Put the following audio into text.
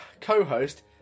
co-host